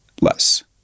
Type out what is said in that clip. less